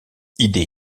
idée